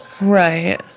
right